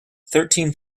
thirteen